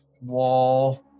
Wall